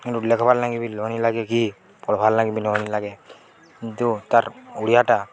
କିନ୍ତୁ ଲେଖ୍ବାର୍ ଲାଗି ବି ଲହନ ଲାଗେ ଘି ପଢ଼୍ବାର୍ ଲାଗି ବି ଲହନ ଲାଗେ କିନ୍ତୁ ତା'ର୍ ଓଡ଼ିଆଟା